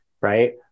right